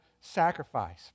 sacrifice